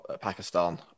Pakistan